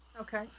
Okay